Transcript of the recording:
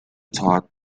todd